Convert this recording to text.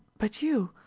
but you?